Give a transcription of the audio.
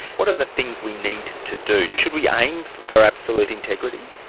what are the things we need to do? should we aim for absolute integrity?